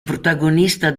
protagonista